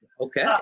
okay